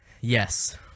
Yes